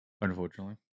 Unfortunately